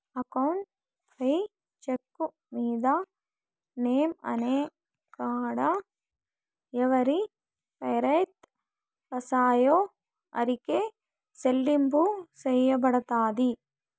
account payee cheque మీద name అనే కాడ ఎవరి పేరైతే రాస్తామో ఆరికే సెల్లింపు సెయ్యబడతది